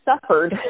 suffered